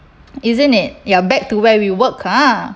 isn't it ya back to where we work ah